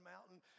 Mountain